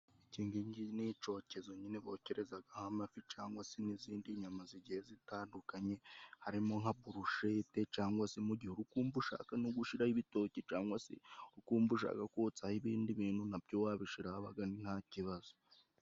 N'icyokezo nyine bocerezagaho amafi cangwa se n'izindi nyama zigiye zitandukanye. Harimo nka burushete, cyangwa se mugihe urikumva ushaka no gushiraraho ibitoki, cangwa se ukumva ushaka kotsaho ibindi bintu; nabyo wabishiraho abaga ari nta kibazo.